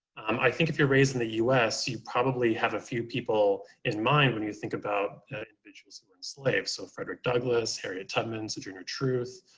um i think if you're raised in the us, you probably have a few people in mind when you think about individuals who were enslaved. so frederick douglass, harriet tubman, sojourner truth,